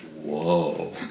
Whoa